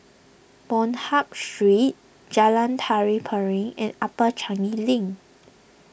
Bonham Street Jalan Tari Piring and Upper Changi Link